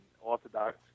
Orthodox